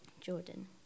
Jordan